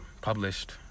published